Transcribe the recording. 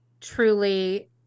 truly